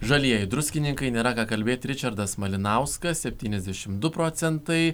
žalieji druskininkai nėra ką kalbėti ričardas malinauskas septyniasdešimt du procentai